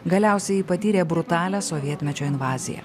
galiausiai ji patyrė brutalią sovietmečio invaziją